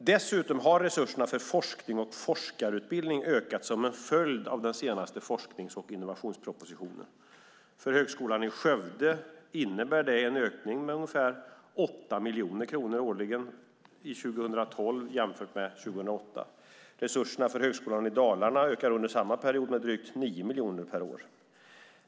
Dessutom har resurserna för forskning och forskarutbildning ökat som en följd av den senaste forsknings och innovationspropositionen. För Högskolan i Skövde innebär det en ökning med 8 miljoner kronor 2012 jämfört med 2008. Resurserna för Högskolan Dalarna ökar under samma period med drygt 9 miljoner kronor.